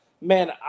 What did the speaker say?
man